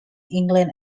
england